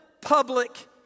public